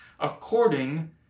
according